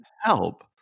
help